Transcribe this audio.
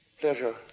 Pleasure